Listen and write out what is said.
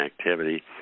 activity